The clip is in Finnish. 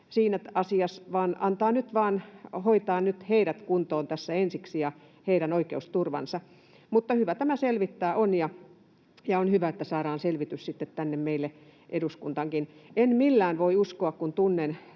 siinä asiassa”, niin annetaan nyt vain ensiksi hoitaa kuntoon heidän asiansa ja heidän oikeusturvansa. Mutta hyvä tämä selvittää on, ja on hyvä, että saadaan selvitys sitten tänne meille eduskuntaankin. En millään voi uskoa, kun tunnen